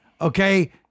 Okay